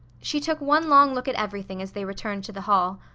she took one long look at everything as they returned to the hall.